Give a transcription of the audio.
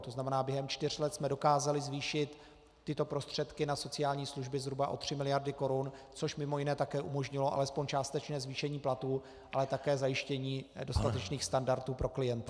To znamená, během čtyř let jsme dokázali zvýšit tyto prostředky na sociální služby zhruba o 3 mld. korun, což mimo jiné také umožnilo alespoň částečné zvýšení platů, ale také zajištění dostatečných standardů pro klienty.